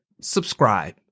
subscribe